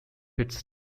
its